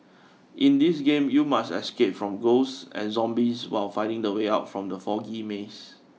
in this game you must escape from ghosts and zombies while finding the way out from the foggy maze